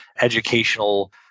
educational